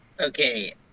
Okay